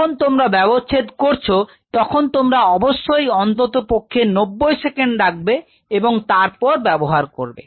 যখন তোমরা ব্যবচ্ছেদ করছ তখন তোমরা অবশ্যই অন্ততপক্ষে 90 সেকেন্ড রাখবে এবং তারপর ব্যবহার করবে